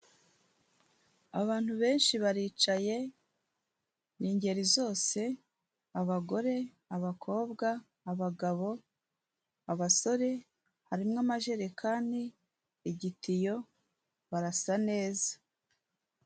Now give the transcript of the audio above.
Abantu benshi baricaye ni ingeri zose: abagore, abakobwa, abagabo, abasore harimo amajerekani, igitiyo, barasa neza.